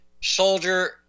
soldier